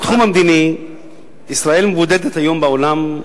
בתחום המדיני ישראל מבודדת היום בעולם.